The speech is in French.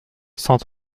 cent